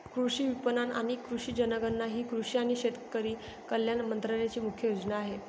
कृषी विपणन आणि कृषी जनगणना ही कृषी आणि शेतकरी कल्याण मंत्रालयाची मुख्य योजना आहे